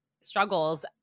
struggles